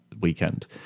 weekend